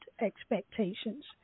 expectations